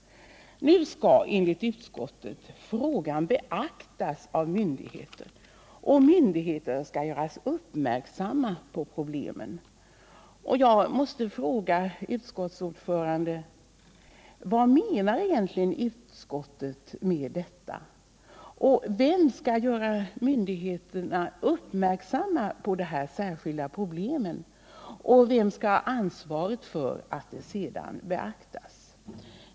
Nu skall enligt utskottet frågan beaktas av myndigheterna, och myndigheterna skall göras uppmärksamma på problemen. Jag måste fråga utskottsordföranden: Vad menar egentligen utskottet med detta, vem skall göra myndigheterna uppmärksamma på de här problemen, och vem skall ha ansvaret för att besluten sedan beaktas?